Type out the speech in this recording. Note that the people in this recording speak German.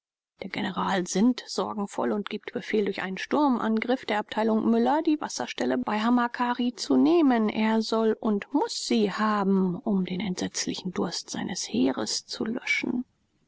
der general sinnt sorgenvoll und gibt befehl durch einen sturmangriff der abteilung müller die wasserstellen bei hamakari zu nehmen er soll und muß sie haben um den entsetzlichen durst seines heeres zu löschen